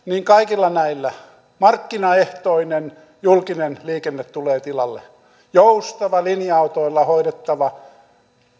kaikilla näillä markkinaehtoinen julkinen liikenne tulee tilalle joustava linja autoilla hoidettava